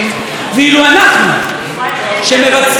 שמבצעים את רצון הבוחר,